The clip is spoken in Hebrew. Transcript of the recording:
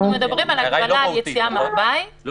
אנחנו מדברים על הגבלה על יציאה מהבית תוך